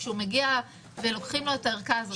כשהוא מגיע ולוקחים לו את הערכה הזאת,